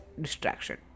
distraction